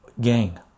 gang